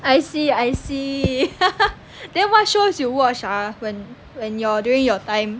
I see I see then what shows you watch ah when when your during your time